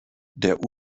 der